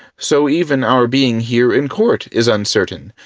so even our being here in court is uncertain,